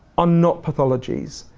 are not pathologies.